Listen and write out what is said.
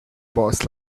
boss